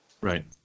Right